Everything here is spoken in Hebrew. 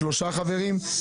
חברים,